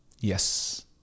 Yes